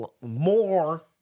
more